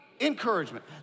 encouragement